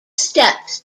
steps